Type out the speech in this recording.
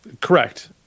Correct